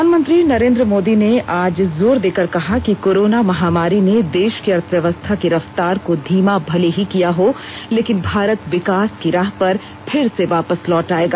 प्रधानमंत्री नरेन्द्र मोदी ने आज जोर देकर कहा कि कोरोना महामारी ने देश की अर्थव्यवस्था की रफ्तार को धीमा भले ही किया हो लेकिन भारत विकास की राह पर फिर से वापस लौट आयेगा